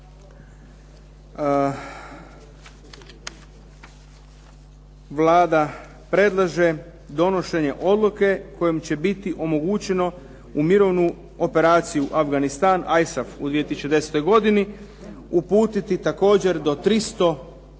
Vlada predlaže donošenje odluke kojom će biti omogućeno u mirovnu operaciju Afganistan (ISAF) u 2010. godini uputiti također do 300